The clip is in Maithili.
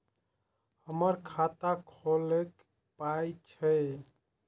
हमर खाता खौलैक पाय छै